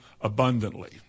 abundantly